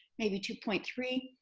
maybe two point three,